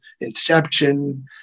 Inception